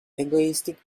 egoistic